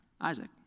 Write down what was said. Isaac